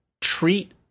treat